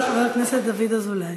חבר הכנסת יעקב אשר,